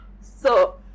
So-